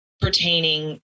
pertaining